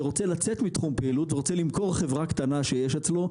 שרוצה לצאת מתחום פעילות ורוצה למכור חברה קטנה שיש אצלו,